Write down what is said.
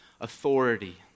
authority